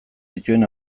dituen